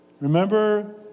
Remember